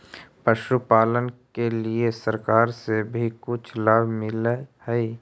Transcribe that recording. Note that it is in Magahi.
पशुपालन के लिए सरकार से भी कुछ लाभ मिलै हई?